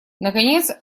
наконец